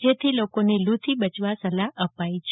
જેથી લોકોને ગરમીથી બચવા સલાહ અપાઈ છે